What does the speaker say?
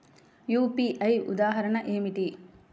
UPI ఉదాహరణ ఏమిటి?